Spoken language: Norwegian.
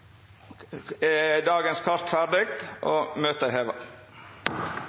er dagens kart behandla ferdig. Ber nokon om ordet før møtet vert heva?